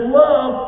love